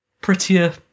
prettier